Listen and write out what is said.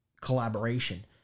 collaboration